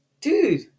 dude